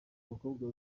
abakobwa